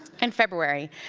and february.